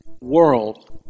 world